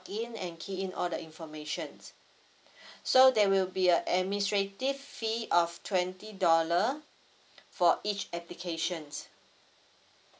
in and key in all the informations so there will be a administrative fee of twenty dollar for each applications